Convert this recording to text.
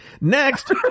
Next